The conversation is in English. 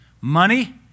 money